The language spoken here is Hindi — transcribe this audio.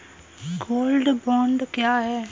गोल्ड बॉन्ड क्या है?